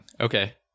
Okay